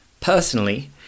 Personally